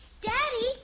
Daddy